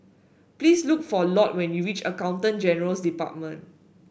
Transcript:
please look for Lott when you reach Accountant General's Department